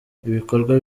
ibikorwa